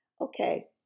Okay